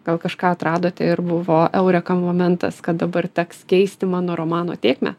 gal kažką atradote ir buvo eureka momentas kad dabar teks keisti mano romano tėkmę